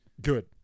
Good